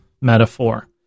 metaphor